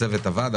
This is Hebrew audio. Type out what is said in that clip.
הצוות עבד,